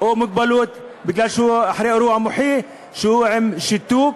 או מוגבלות מפני שהם אחרי אירוע מוחי עם שיתוק